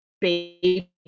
Baby